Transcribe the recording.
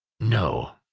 no,